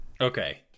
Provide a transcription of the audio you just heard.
Okay